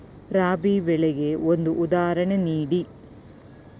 ರಾಬಿ ಬೆಳೆಗೆ ಒಂದು ಉದಾಹರಣೆ ನೀಡಿ